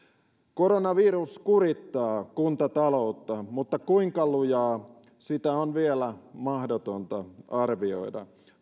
koronavirus kurittaa kuntataloutta mutta kuinka lujaa sitä on vielä mahdotonta arvioida